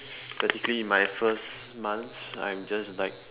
practically my first month I'm just like